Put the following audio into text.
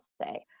say